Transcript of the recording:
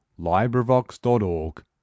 LibriVox.org